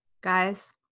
Guys